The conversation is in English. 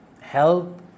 help